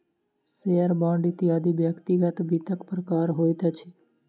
share, bond इत्यादि व्यक्तिगत वित्तक प्रकार होइत अछि